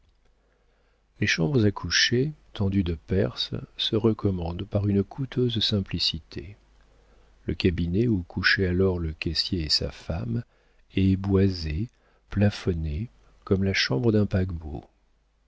les chambres à coucher tendues de perse se recommandent par une coûteuse simplicité le cabinet où couchaient alors le caissier et sa femme est boisé plafonné comme la chambre d'un paquebot